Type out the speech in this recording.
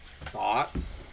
thoughts